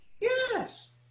Yes